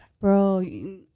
Bro